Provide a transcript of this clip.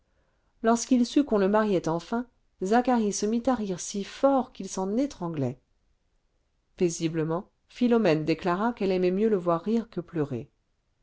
enfin zacharie se mit à rire si fort qu'il en étranglait paisiblement philomène déclara qu'elle aimait mieux le voir rire que pleurer